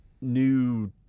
new